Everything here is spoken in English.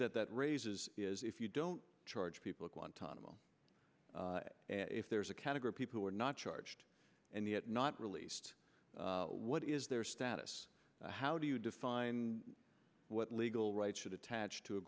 that raises is if you don't charge people guantanamo and if there's a category people who are not charged and yet not released what is their status how do you define what legal rights should attach to a